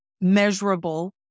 measurable